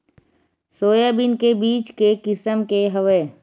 Soybean के बीज के किसम के हवय?